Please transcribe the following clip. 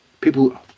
people